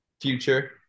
Future